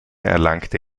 erlangte